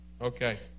Okay